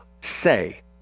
Say